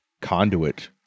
conduit